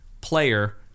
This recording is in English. player